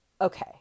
okay